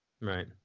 Right